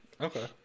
Okay